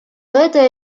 это